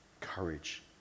courage